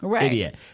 Idiot